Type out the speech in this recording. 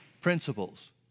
principles